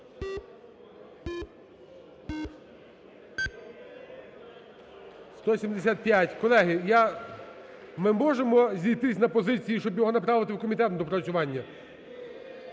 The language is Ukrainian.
За-175 Колеги, я… Ми можемо зійтись на позиції, щоб його направити в комітет на доопрацювання?